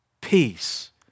Peace